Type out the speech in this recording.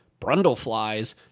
Brundleflies